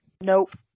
Nope